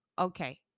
Okay